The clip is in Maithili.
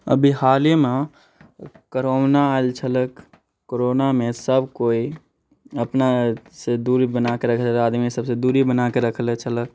अभी हाल हीमे कोरोना आयल छलऽ कोरोनामे सब केओ अपना से दूरी बनाए कऽ रखैत छलऽ आदमी सबसँ दूरी बनाए कऽ रखले छलक